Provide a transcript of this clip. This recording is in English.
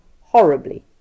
horribly